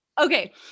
Okay